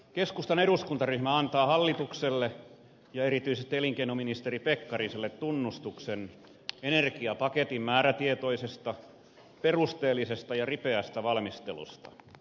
keskustan eduskuntaryhmä antaa hallitukselle ja erityisesti elinkeinoministeri pekkariselle tunnustuksen energiapaketin määrätietoisesta perusteellisesta ja ripeästä valmistelusta